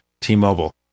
T-Mobile